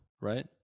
right